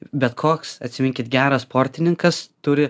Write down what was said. bet koks atsiminkit geras sportininkas turi